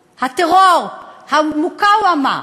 הטרור, המֻקאוומה,